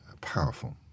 powerful